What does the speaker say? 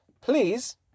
please